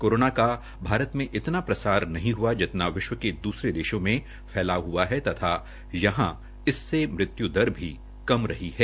corona का भारत में इनता प्रसार नहीं हुआ जितना विश्व के दूसरे देशों में फैलाव हुआ है तथा यहां इससे मृत्यु दर भी कम रही है